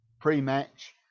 pre-match